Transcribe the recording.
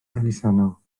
elusennol